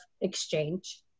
exchange